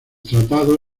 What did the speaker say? tratado